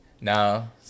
No